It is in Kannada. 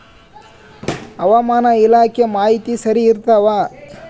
ಹವಾಮಾನ ಇಲಾಖೆ ಮಾಹಿತಿ ಸರಿ ಇರ್ತವ?